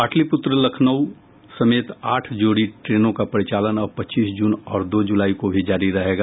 पाटलिपुत्र लखनऊ समेत आठ जोड़ी ट्रेनों का परिचालन अब पच्चीस जून और दो जुलाई को भी जारी रहेगा